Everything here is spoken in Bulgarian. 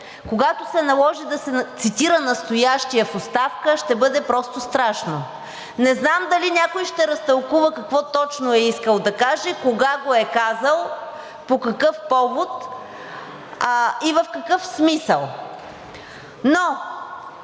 когато се наложи да се цитира настоящият в оставка, ще бъде просто страшно. Не знам дали някой ще разтълкува какво точно е искал да каже, кога го е казал, по какъв повод и в какъв смисъл. Но